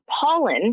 pollen